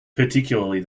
particularly